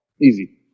Easy